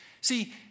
see